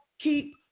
keep